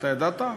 אתה ידעת?